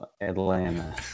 Atlanta